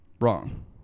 Wrong